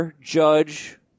Judge